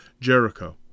Jericho